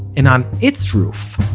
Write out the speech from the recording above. and on its roof,